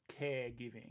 caregiving